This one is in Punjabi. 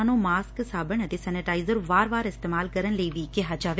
ਉਨ੍ਹਾਂ ਨੂੰ ਮਾਸਕ ਸਾਬਣ ਅਤੇ ਸੈਨੇਟਾਇਜਰ ਵਾਰ ਵਾਰ ਇਸਤੇਮਾਲ ਕਰਨ ਲਈ ਵੀ ਕਿਹਾ ਜਾਵੇ